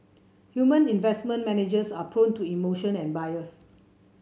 human investment managers are prone to emotion and bias